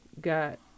got